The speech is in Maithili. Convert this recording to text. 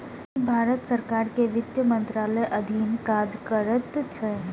ई भारत सरकार के वित्त मंत्रालयक अधीन काज करैत छै